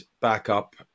backup